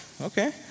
Okay